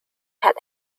had